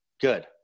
good